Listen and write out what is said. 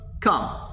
come